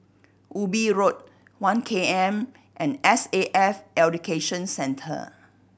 Ubi Road One K M and S A F Education Centre